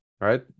right